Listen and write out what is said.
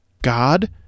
God